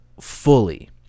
fully